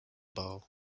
bowl